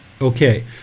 Okay